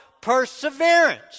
perseverance